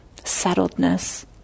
settledness